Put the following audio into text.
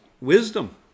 wisdom